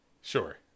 sure